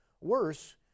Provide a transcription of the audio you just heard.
Worse